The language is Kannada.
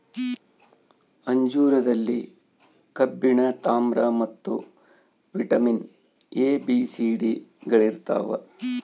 ಅಂಜೂರದಲ್ಲಿ ಕಬ್ಬಿಣ ತಾಮ್ರ ಮತ್ತು vitamin A B C D ಗಳಿರ್ತಾವ